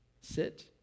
sit